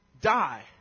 die